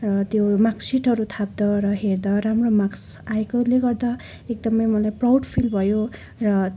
र त्यो मार्कसिटहरू थाप्दा र हेर्दा राम्रो मार्क्स आएकोले गर्दा एकदमै मलाई प्राउड फिल भयो र